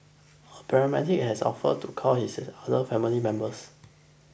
a paramedic had offered to call his other family members